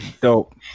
dope